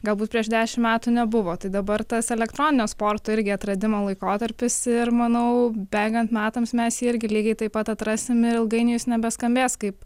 galbūt prieš dešimt metų nebuvo tai dabar tas elektroninio sporto irgi atradimo laikotarpis ir manau bėgant metams mes jį irgi lygiai taip pat atrasim ir ilgainiui jis nebeskambės kaip